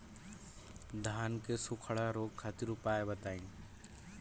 धान के सुखड़ा रोग खातिर उपाय बताई?